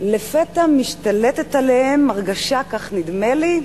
לפתע משתלטת עליהם הרגשה, כך נדמה לי,